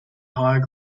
higher